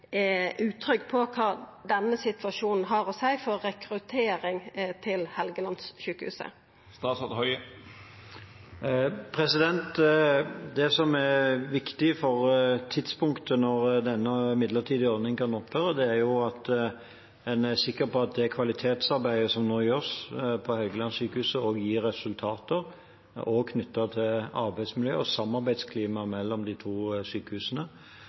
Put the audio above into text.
på kva denne situasjonen har å seia for rekrutteringa til Helgelandssjukehuset. Det som er viktig for tidspunktet når denne midlertidige ordningen kan opphøre, er at en er sikker på at det kvalitetsarbeidet som nå gjøres på Helgelandssykehuset, gir resultater også knyttet til arbeidsmiljø og samarbeidsklima mellom de to sykehusene.